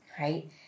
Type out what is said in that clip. right